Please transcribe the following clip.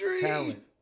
Talent